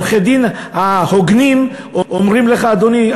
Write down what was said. עורכי-הדין ההוגנים אומרים לך: אדוני,